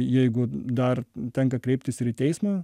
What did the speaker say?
jeigu dar tenka kreiptis ir į teismą